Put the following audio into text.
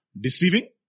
deceiving